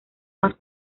más